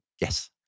Yes